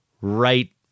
right